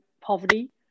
poverty